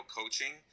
coaching